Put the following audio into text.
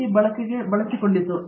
T ಬಳಕೆಗೆ ಬಳಸಿಕೊಂಡಿತು